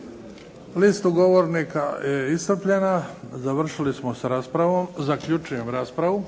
lista govornika je iscrpljena. Završili smo s raspravom. Zaključujem raspravu.